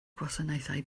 gwasanaethau